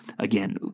Again